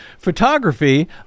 photography